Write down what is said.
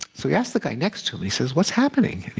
so he asked the guy next to him. he says, what's happening?